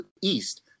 east